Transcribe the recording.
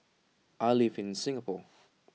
I live in Singapore